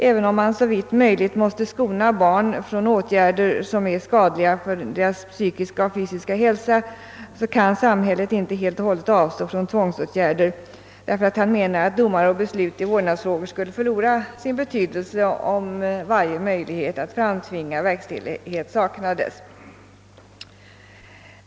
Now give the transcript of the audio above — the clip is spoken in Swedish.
Även om man såvitt möjligt måste skona barnen från åtgärder som kan vara skadliga för deras fysiska och psykiska hälsa kan samhället inte helt och hållet avstå från tvångsåtgärder, eftersom dom och beslut i vårdnadsfrågor skulle förlora sin betydelse om varje möjlighet att framtvinga verkställighet saknades.